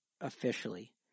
officially